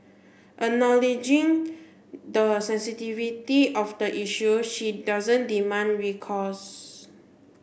acknowledging the sensitivity of the issue she doesn't demand recourse